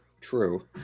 true